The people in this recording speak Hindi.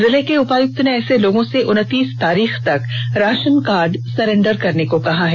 जिले के उपायुक्त ने ऐसे लोगों से उन्नतीस तारीख तक राषन कार्ड सरेंडर करने को कहा है